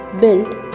built